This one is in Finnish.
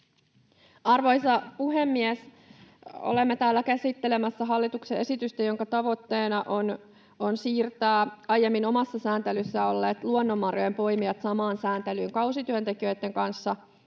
Arvoisa puhemies! Olemme täällä käsittelemässä hallituksen esitystä, jonka tavoitteena on siirtää aiemmin omassa sääntelyssään olleet luonnonmarjojenpoimijat samaan sääntelyyn kausityöntekijöitten kanssa.